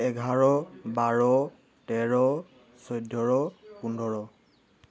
এঘাৰ বাৰ তেৰ চৈধ্য পোন্ধৰ